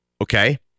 okay